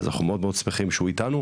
אז אנחנו מאוד מאוד שמחים שהוא אתנו.